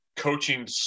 coaching